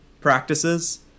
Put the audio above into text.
practices